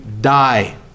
die